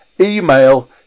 email